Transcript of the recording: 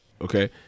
okay